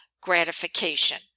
gratification